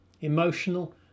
emotional